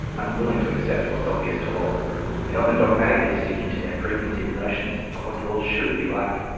unwilling to accept what's obvious to all and often dogmatically sticking to their preconceived notions of what the world should be like.